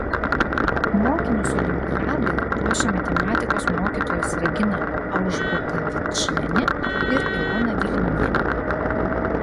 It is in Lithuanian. mokinius olimpiadai ruošė matematikos mokytojos regina aužbikavičienė ir ilona vilimienė